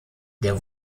der